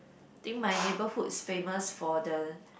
think my neighborhood is famous for the